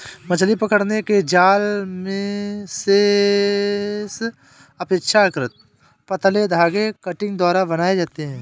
मछली पकड़ने के जाल मेशेस अपेक्षाकृत पतले धागे कंटिंग द्वारा बनाये जाते है